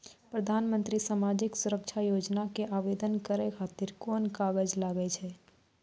प्रधानमंत्री समाजिक सुरक्षा योजना के आवेदन करै खातिर कोन कागज लागै छै?